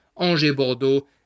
Angers-Bordeaux